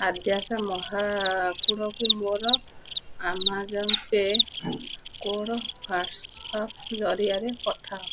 ଆଦ୍ୟାଶା ମହାକୁଡ଼ ଙ୍କୁ ମୋର Amazon pay code WhatsApp ଜରିଆରେ ପଠାଅ